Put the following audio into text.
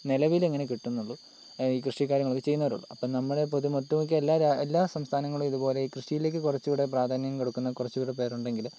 നിലവിലിങ്ങനെ കിട്ടുന്നുള്ളു കൃഷി കാര്യങ്ങൾ ഒക്കെ ചെയ്യുന്നവരുള്ളൂ അപ്പോൾ നമ്മൾ പൊതുവെ ഒട്ടുമിക്ക എല്ലാ രാജ് എല്ലാ സംസ്ഥാങ്ങളും ഇതുപോലെ കൃഷിയിലേക്ക് കുറച്ചുകൂടി പ്രാധാന്യം കൊടുക്കുന്നത് കുറച്ചുകൂടി പേരുണ്ടെങ്കിൽ